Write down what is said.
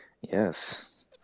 Yes